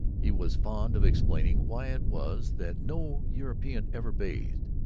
he was fond of explaining why it was that no european ever bathed.